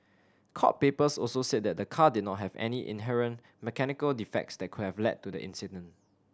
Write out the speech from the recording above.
court papers also said that the car did not have any inherent mechanical defects that could have led to the accident